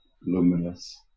luminous